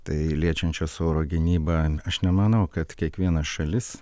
tai liečiančios oro gynybą aš nemanau kad kiekviena šalis